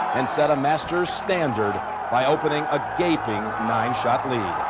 and set a master's standard by opening a gaping nine-shot lead.